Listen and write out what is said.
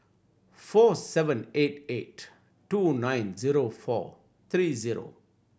four seven eight eight two nine zero four three zero